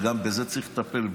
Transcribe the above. גם בזה צריך לטפל,